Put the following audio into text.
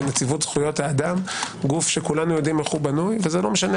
נציבות זכויות האדם - גוף שכולנו יודעים איך בנוי ולא משנה